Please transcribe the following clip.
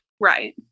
Right